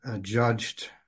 judged